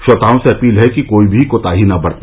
श्रोताओं से अपील है कि कोई भी कोताही न बरते